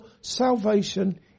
salvation